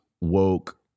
woke